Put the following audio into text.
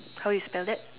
how you spell that